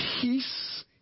peace